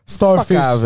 Starfish